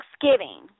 Thanksgiving